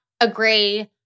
agree